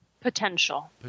Potential